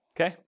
Okay